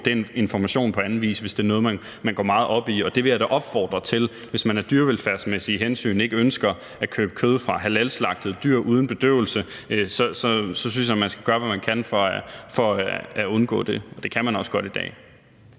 den information på anden vis, hvis det er noget, man går meget op i, og det vil jeg da opfordre til. Hvis man af dyrevelfærdsmæssige hensyn ikke ønsker at købe kød fra dyr, der er halalslagtet uden bedøvelse, så synes jeg man skal gøre, hvad man kan, for at undgå det, og det kan man også godt i dag.